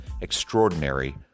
extraordinary